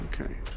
Okay